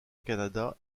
canada